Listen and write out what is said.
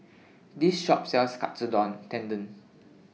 This Shop sells Katsu Tendon